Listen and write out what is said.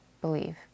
believe